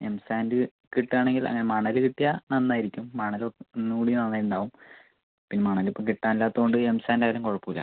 M sand കിട്ടുവാണെങ്കിൽ മണല് കിട്ടിയാൽ നന്നായിരിക്കും മണല് ഒന്ന് കൂടി നാളെ ഉണ്ടാവും പിന്നെ മണൽ ഇപ്പോൾ കിട്ടാൻ ഇല്ലാത്തതുകൊണ്ട് എം സാൻഡ് ആയാലും കുഴപ്പം ഇല്ല